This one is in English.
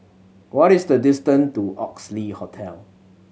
what is the distance to Oxley Hotel